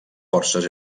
forces